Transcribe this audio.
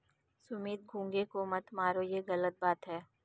सुमित घोंघे को मत मारो, ये गलत बात है